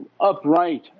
upright